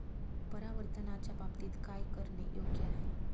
परावर्तनाच्या बाबतीत काय करणे योग्य आहे